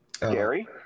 Gary